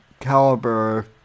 caliber